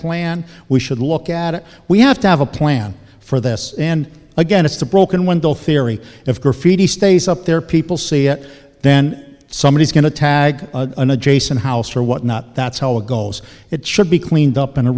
plan we should look at it we have to have a plan for this and again it's the broken window theory of graffiti stays up there people see it then somebody is going to tag an adjacent house or what not that's how it goes it should be cleaned up in a